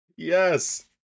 yes